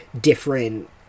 different